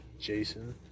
Jason